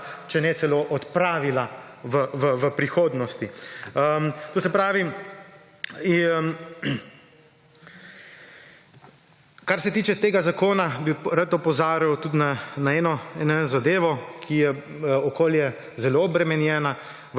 če ne celo odpravila v prihodnosti. Kar se tiče tega zakona, bi rad opozoril na eno zadevo, ki je v okolju zelo obremenjena,